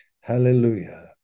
hallelujah